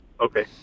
Okay